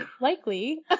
likely